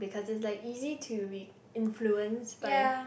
because it's like easy to re~ influence by